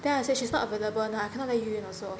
then I say she's not available now I cannot let you in also